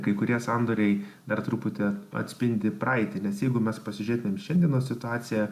kai kurie sandoriai dar truputį atspindi praeitį nes jeigu mes pasižiūrėtumėm šiandienos situaciją